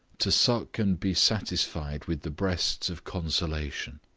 to suck, and be satisfied with the breasts of consolation.